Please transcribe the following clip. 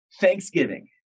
Thanksgiving